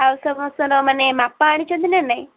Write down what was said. ଆଉ ସମସ୍ତଙ୍କର ମାନେ ମାପ ଆଣିଛନ୍ତି ନା ନାଇଁ